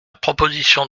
proposition